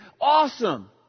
awesome